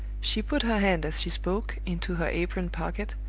she put her hand as she spoke into her apron pocket,